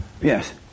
Yes